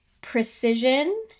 precision